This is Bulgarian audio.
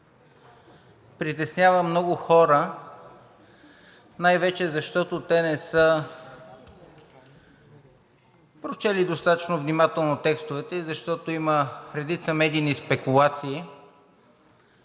притеснява много хора най-вече, защото те не са прочели достатъчно внимателно текстовете и защото има редица медийни спекулации